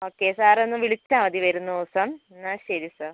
okay sir ഒന്ന് വിളിച്ചാൽ മതി വരുന്ന ദിവസം എന്നാൽ ശരി സാർ